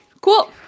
Cool